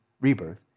rebirth